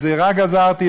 גזירה גזרתי,